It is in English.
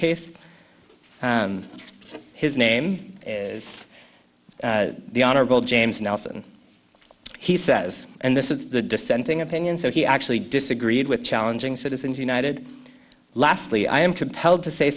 case his name is the honorable james nelson he says and this is the dissenting opinion so he actually disagreed with challenging citizens united lastly i am compelled to say